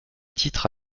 titre